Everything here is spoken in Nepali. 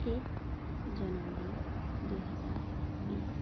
एक जनवरी दुई हजार बिस